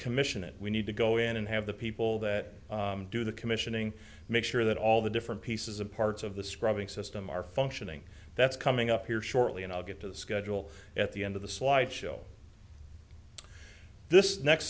commission it we need to go in and have the people that do the commissioning make sure that all the different pieces and parts of the scrubbing system are functioning that's coming up here shortly and i'll get to the schedule at the end of the slide show this next